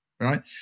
right